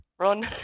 run